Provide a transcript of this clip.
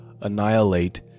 annihilate